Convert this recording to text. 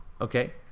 okay